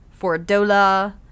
Fordola